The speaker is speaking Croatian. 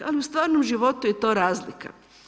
Ali u stvarnom životu je to razlika.